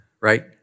right